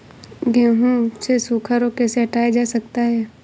गेहूँ से सूखा रोग कैसे हटाया जा सकता है?